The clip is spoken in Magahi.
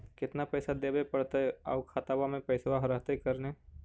केतना पैसा देबे पड़तै आउ खातबा में पैसबा रहतै करने?